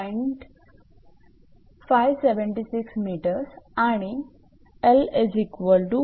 576𝑚 आणि 𝑙152